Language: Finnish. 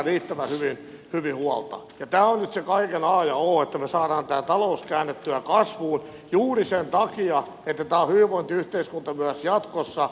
tämä on nyt se kaiken a ja o että me saamme tämän talouden käännettyä kasvuun juuri sen takia että tämä on hyvinvointiyhteiskunta myös jatkossa